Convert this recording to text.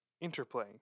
interplay